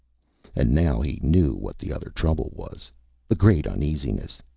and now he knew what the other trouble was the great uneasiness.